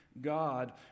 God